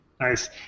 nice